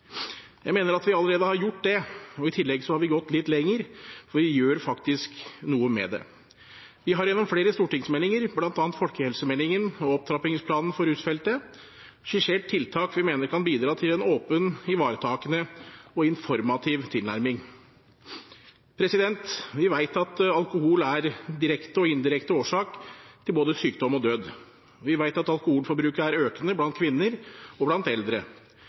Jeg mener at vi allerede har gjort det, og i tillegg har vi gått litt lenger, for vi gjør faktisk noe med det. Vi har gjennom flere stortingsmeldinger, bl.a. folkehelsemeldingen og opptrappingsplanen for rusfeltet, skissert tiltak vi mener kan bidra til en åpen, ivaretakende og informativ tilnærming. Vi vet at alkohol er direkte og indirekte årsak til både sykdom og død. Vi vet at alkoholforbruket er økende blant kvinner og blant eldre.